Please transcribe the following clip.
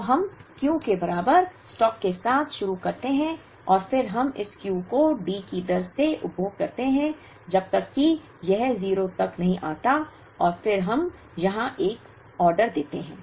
तो हम Q के बराबर स्टॉक के साथ शुरू करते हैं और फिर हम इस Q को D की दर से उपभोग करते हैं जब तक कि यह 0 तक नहीं आता है और फिर हम यहां एक आदेश देते हैं